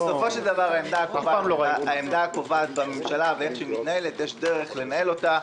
בסופו של דבר העמדה הקובעת בממשלה ואיך שהיא מתנהלת יש דרך לנהל אותה,